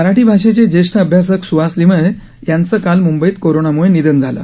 मराठी भाषेचे ज्येष्ठ अभ्यासक सुहास लिमये यांचं काल मुंबईत कोरोनामुळे निधन झालं